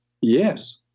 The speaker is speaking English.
Yes